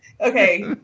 okay